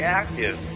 active